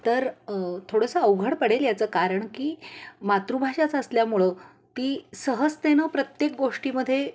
तर थोडंसं अवघड पडेल याचं कारण की मातृभाषाच असल्यामुळं ती सहजतेनं प्रत्येक गोष्टीमध्ये